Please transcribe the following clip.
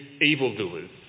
evildoers